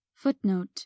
Footnote